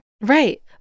Right